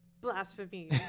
Blasphemy